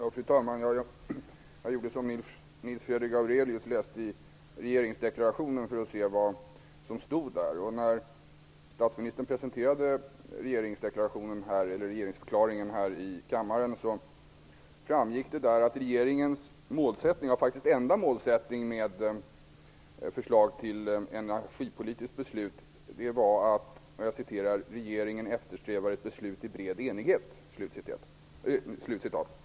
Fru talman! Jag gjorde som Nils Fredrik Aurelius, läste i regeringsdeklarationen för att se vad som stod där. När statsministern presenterade regeringsförklaringen här i kammaren framgick det att regeringens enda målsättning med förslaget till energipolitiskt beslut var att: "Regeringen eftersträvar ett beslut i bred enighet."